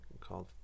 called